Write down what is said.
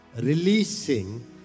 releasing